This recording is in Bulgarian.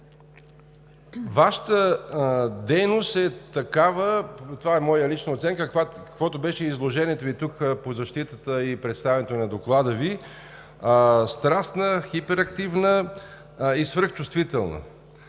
Вашата дейност е такава – това е моя лична оценка, каквото беше и изложението Ви тук по защитата и представянето на Доклада Ви – страстна, хиперактивна и свръхчувствителна.